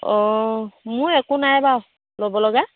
অঁ মোৰ একো নাই বাৰু ল'ব লগা